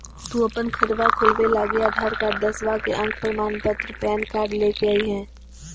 तू अपन खतवा खोलवे लागी आधार कार्ड, दसवां के अक प्रमाण पत्र, पैन कार्ड ले के अइह